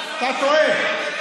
אתה טועה.